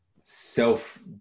self